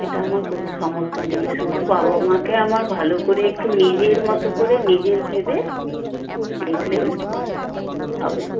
সেটা আমার কোনো সমস্যা নেই শুধু বাবা মাকে আমার ভালো করে একটু নিজের মতো করে নিজের ভেবে দেখলেই হবে